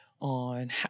on